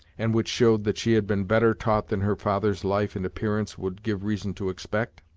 and which showed that she had been better taught than her father's life and appearance would give reason to expect.